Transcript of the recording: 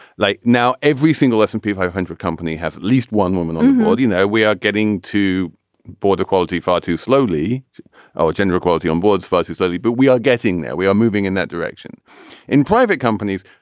like now every single and p five hundred company has at least one woman on board. you know we are getting to board equality far too slowly our gender equality on boards far too slowly but we are getting there. we are moving in that direction in private companies.